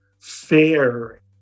fair